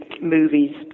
movies